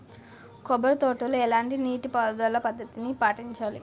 కొబ్బరి తోటలో ఎలాంటి నీటి పారుదల పద్ధతిని పాటించాలి?